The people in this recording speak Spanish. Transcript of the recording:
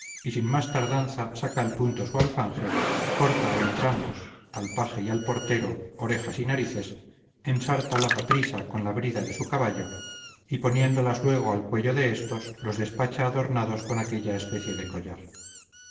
y sin más tardanza saca al punto su alfanje corta a entrambos al paje y al portero orejas y narices ensártalas a prisa con la brida de su caballo y poniéndolas luego al cuello de éstos los despacha adornados con aquella especie de collar